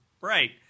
Right